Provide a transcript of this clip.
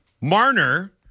Marner